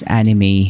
anime